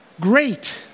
great